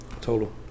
Total